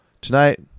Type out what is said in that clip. Tonight